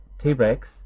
T-Rex